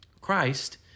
Christ